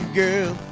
girl